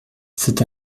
c’est